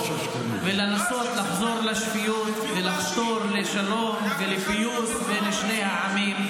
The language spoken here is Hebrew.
ולנסות לחזור לשפיות ולחתור לשלום ולפיוס בין שני העמים.